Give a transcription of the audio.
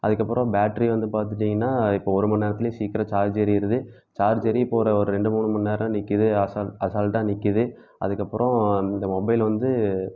அதற்கப்பறம் பேட்டரி வந்து பார்த்துட்டீங்கன்னா இப்போ ஒரு மண் நேரத்துலயே சீக்கிரம் சார்ஜ் ஏறிருது சார்ஜ் ஏறி இப்போ ஒரு ஒரு ரெண்டு மூணு மண் நேரம் நிற்கிது அசால் அசால்ட்டாக நிற்கிது அதற்கப்பறம் இந்த மொபைல் வந்து